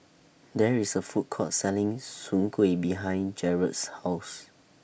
There IS A Food Court Selling Soon Kuih behind Jaret's House